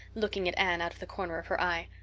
looking at anne out of the corner of her eye.